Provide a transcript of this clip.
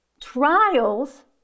Trials